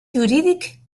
jurídic